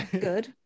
good